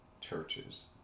churches